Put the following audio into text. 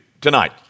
tonight